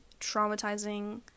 traumatizing